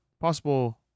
possible